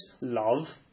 love